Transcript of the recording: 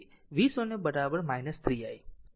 તેથી v0 3 i